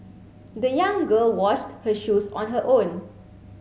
the young girl washed her shoes on her own